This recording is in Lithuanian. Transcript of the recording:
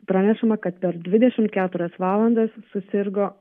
pranešama kad per dvidešim keturias valandas susirgo